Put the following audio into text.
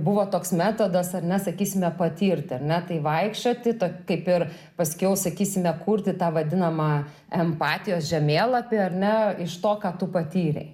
buvo toks metodas ar ne sakysime patirti ar ne tai vaikščioti tai kaip ir paskiau sakysime kurti tą vadinamą empatijos žemėlapį ar ne iš to ką tu patyrei